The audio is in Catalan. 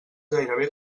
gairebé